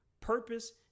purpose